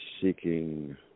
seeking